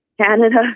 Canada